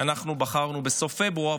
אנחנו בחרנו בסוף פברואר,